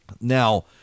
Now